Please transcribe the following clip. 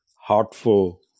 heartful